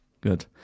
Good